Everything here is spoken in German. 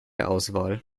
auswahl